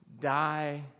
die